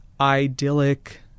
idyllic